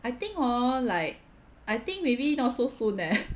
I think hor like I think maybe not so soon leh